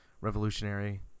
revolutionary